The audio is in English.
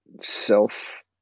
self